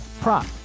prop